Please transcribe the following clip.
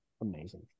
amazing